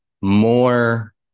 more